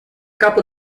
capo